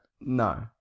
No